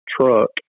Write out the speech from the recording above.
truck